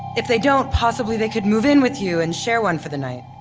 if they don't, possibly they could move in with you and share one for the night.